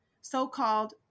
so-called